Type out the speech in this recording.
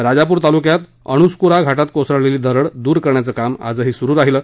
राजापूर तालुक्यात अणुस्कूरा घाटात कोसळलेली दरड दूर करण्याचं काम आजही सुरू राहिलं